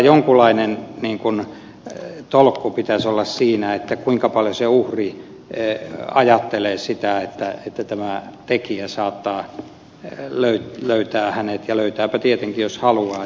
kyllä jonkinlainen tolkku pitäisi olla siinä kuinka paljon uhri ajattelee sitä että tämä tekijä saattaa löytää hänet ja löytääpä tietenkin jos haluaa